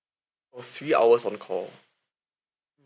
of three hours on call